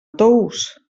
tous